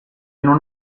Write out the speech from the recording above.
non